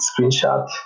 screenshot